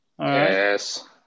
Yes